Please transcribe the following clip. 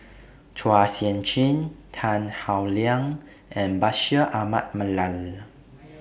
Chua Sian Chin Tan Howe Liang and Bashir Ahmad Mallal